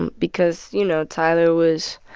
and because, you know, tyler was